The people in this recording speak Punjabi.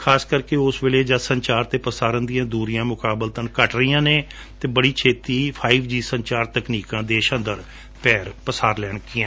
ਖਾਸਕਰ ਉਸ ਵੇਲੇ ਜਦ ਸੰਚਾਰ ਅਤੇ ਪ੍ਰਸਾਰਣ ਦੀਆਂ ਦੁਰੀਆਂ ਮੁਕਾਬਲਤਨ ਘਟ ਰਹੀਆਂ ਨੇ ਅਤੇ ਬੜੀ ਛੇਤੀ ਫਾਈਵ ਜੀ ਤਕਨੀਕਾਂ ਦੇਸ਼ ਅੰਦਰ ਪੈਰ ਪਸਾਰ ਲੈਣਗੀਆਂ